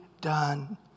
done